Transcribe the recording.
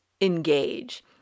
engage